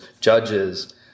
judges